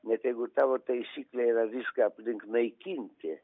net jeigu tavo taisyklė yra viską aplink naikinti